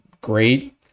great